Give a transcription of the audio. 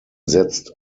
setzt